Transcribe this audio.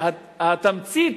התמצית,